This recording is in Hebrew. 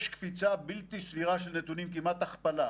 יש סימן שאלה מאוד גדול שמרחף לגביו.